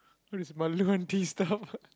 what is style